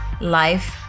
life